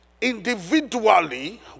Individually